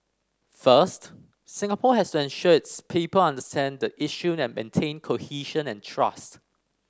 first Singapore has to ensure its people understand the issue and maintain cohesion and trust